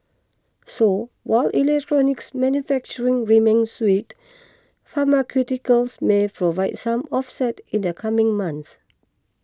so while electronics manufacturing remains weak pharmaceuticals may provide some offset in the coming months